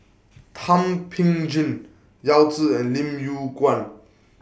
Thum Ping Tjin Yao Zi and Lim Yew Kuan